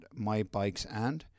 mybikesand